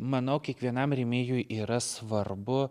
manau kiekvienam rėmėjui yra svarbu